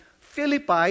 Philippi